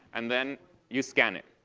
and then you scan it.